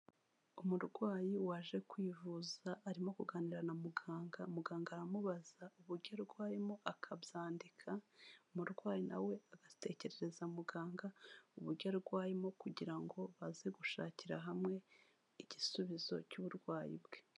Umurwayi waje kwivuza arimo kuganira na muganga, muganga aramubaza uburyo arwayemo akabyandika, umurwayi nawe we agatekerereza muganga uburyo arwayemo, kugira ngo baze gushakira hamwe igisubizo cy'uburwayi bwe.